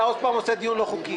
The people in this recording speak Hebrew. אתה עוד פעם עושה דיון לא חוקי.